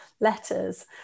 letters